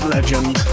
Legend